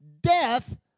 death